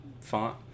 font